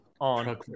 on